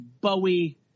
Bowie